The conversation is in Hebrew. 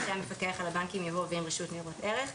אחרי "המפקח על הבנקים" יבוא "ועם רשות ניירות ערך".